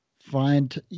Find